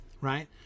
Right